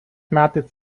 metais